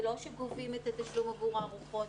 זה לא שגובים את התשלום עבור הארוחות